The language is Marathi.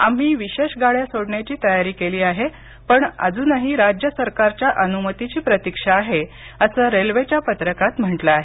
आम्ही विशेष गाड्या सोडण्याची तयारी केली आहे पण अज्नही राज्य सरकारच्या अनुमतीची प्रतिक्षा आहे असं रेल्वेच्या पत्रकात म्हटलं आहे